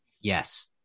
Yes